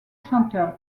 chanteur